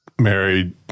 married